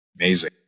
Amazing